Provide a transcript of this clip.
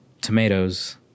Tomatoes